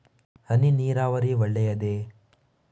ಹನಿ ನೀರಾವರಿ ಒಳ್ಳೆಯದೇ?